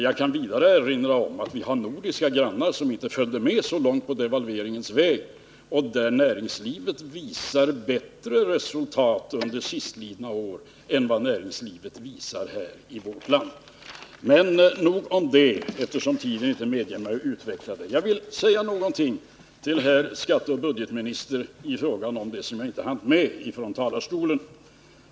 Jag kan vidare erinra om att vi har nordiska grannar som inte följde med så långt på devalveringens väg och där näringslivet visar bättre resultat under sistlidna år än vad näringslivet visar i vårt land. Men nog om det, eftersom tiden inte medger att jag närmare utvecklar det. Jag vill till herr skatteoch budgetministern säga något av det som jag inte hann med från talarstolen.